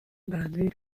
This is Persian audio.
برنده